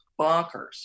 bonkers